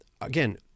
again